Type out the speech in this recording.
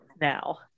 now